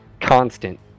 constant